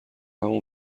همون